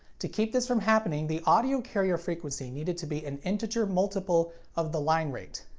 to keep this from happening, the audio carrier frequency needed to be an integer multiple of the line rate.